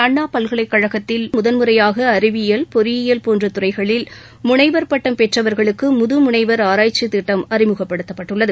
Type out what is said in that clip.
அண்ணா பல்கலைக் கழகத்தில் முதன்முறையாக அறிவியல் பொறியியல் போன்ற துறைகளில் முனைவர் பட்டம் பெற்றவர்களுக்கு முதமுனைவர் ஆராய்ச்சி திட்டம் அறிமுகப்படுத்தப்பட்டுள்ளது